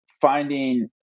finding